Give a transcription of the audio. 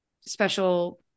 special